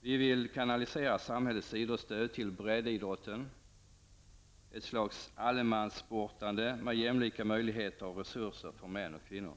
Vi vill kanalisera samhällets idrottsstöd till breddidrotten, ett slags allemanssportande med jämlika möjligheter och resurser för män och kvinnor.